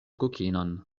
kokinon